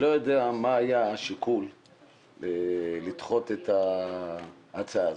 אינני יודע מה היה השיקול לדחות את ההצעה הנדונה.